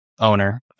owner